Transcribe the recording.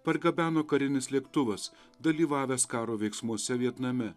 pargabeno karinis lėktuvas dalyvavęs karo veiksmuose vietname